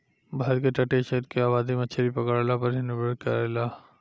भारत के तटीय क्षेत्र के आबादी मछरी पकड़ला पर ही निर्भर करेला